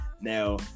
Now